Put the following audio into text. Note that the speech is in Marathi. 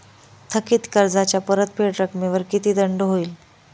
थकीत कर्जाच्या परतफेड रकमेवर किती दंड होईल?